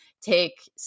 take